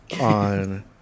on